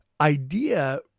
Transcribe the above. idea